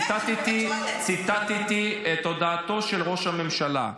אני ציטטתי עכשיו את הודעתו של ראש הממשלה.